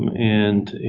and,